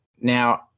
Now